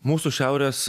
mūsų šiaurės